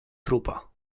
trupa